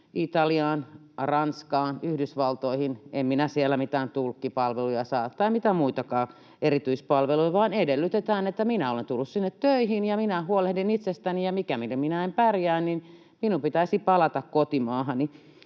Italiaan, Ranskaan tai Yhdysvaltoihin: en minä siellä mitään tulkkipalveluja saa, tai mitään muitakaan erityispalveluja, vaan siellä edellytetään, että olen tullut sinne töihin ja huolehdin itsestäni ja mikäli en pärjää, minun pitäisi palata kotimaahani.